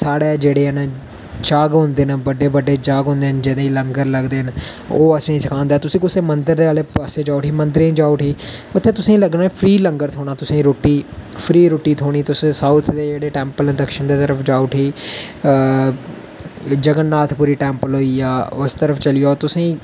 साढ़े जेह्ड़े नै जग होंदे नै बड्डे बड्डे जग होंदे नै जेह्दे च लंगर लगदे न ओह् असेंगी सखांदा तुसें कुसै मंदर आह्ले पास्सै जाओ उठी उत्थै तुसेंगी लग्गना कि फ्री लंगर थ्होना तुसेंगी रुट्टी फ्री रुट्टी थ्होनी तुस साउथ दे जेह्ड़े टैम्पल न दक्क्षण दी तरफ जाओ उठी जगननाथ पुरी टैम्पल होई गेआ उस तरफ चली जाओ तुसेंगी